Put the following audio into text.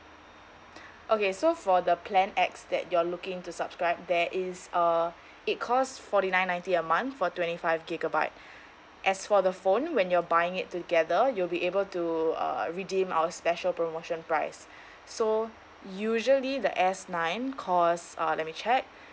okay so for the plan X that you're looking to subscribe there is uh it cost forty nine ninety a month for twenty five gigabyte as for the phone when you're buying it together you'll be able to uh redeem our special promotion price so usually the S nine cost uh let me check